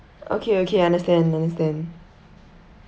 okay okay understand understand